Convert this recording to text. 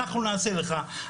אנחנו נעשה לך,